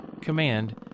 Command